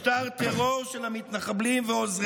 במשטר טרור של המתנחבלים ועוזריהם.